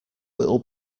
little